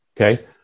Okay